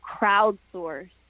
crowdsource